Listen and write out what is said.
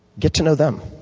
get to know them.